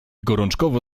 gorączkowo